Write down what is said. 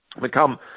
become